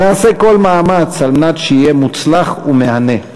ונעשה כל מאמץ על מנת שיהיה מוצלח ומהנה.